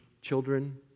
children